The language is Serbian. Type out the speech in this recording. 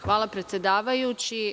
Hvala predsedavajući.